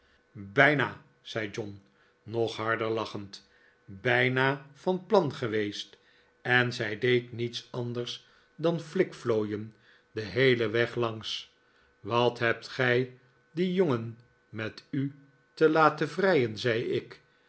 bijna zei john nog harder lachend bijna van plan geweest en zij deed niets anders dan flikflooien den heelen weg langs wat hebt gij dien jongen met u te laten vrijen zei ik